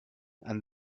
and